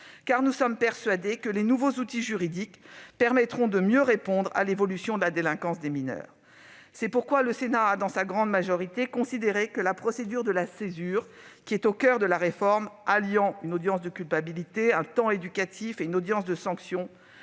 car nous sommes persuadés que les nouveaux outils juridiques permettront de mieux répondre à l'évolution de la délinquance des mineurs. C'est pourquoi le Sénat a, dans sa grande majorité, considéré que la césure, qui est au coeur de la réforme en ce qu'elle allie une audience de culpabilité, un temps éducatif et une audience de sanction,